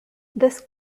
this